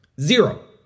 Zero